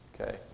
Okay